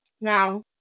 Now